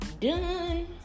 Done